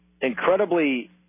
incredibly